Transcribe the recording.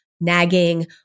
nagging